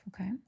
okay